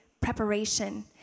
preparation